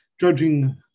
Judging